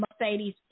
Mercedes